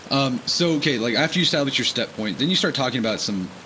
um so, okay like after you establish your step point then you start talking about some,